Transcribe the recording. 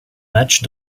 match